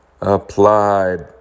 Applied